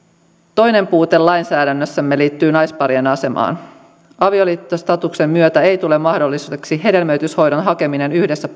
toinen puute lainsäädännössämme liittyy naisparien asemaan avioliittostatuksen myötä ei tule mahdolliseksi hedelmöityshoidon hakeminen yhdessä